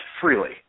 freely